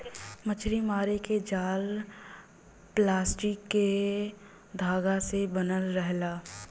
मछरी मारे क जाल प्लास्टिक के धागा से बनल रहेला